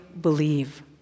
believe